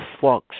fucks